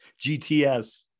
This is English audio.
gts